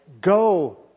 go